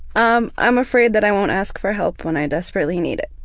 um i'm afraid that i won't ask for help when i desperately need it.